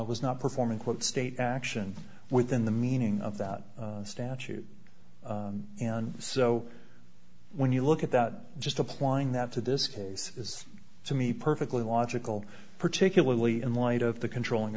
was not performing quote state action within the meaning of that statute and so when you look at that just applying that to this case is to me perfectly logical particularly in light of the controlling